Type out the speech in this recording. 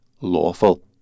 lawful